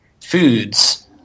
foods